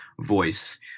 voice